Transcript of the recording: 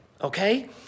Okay